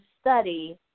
study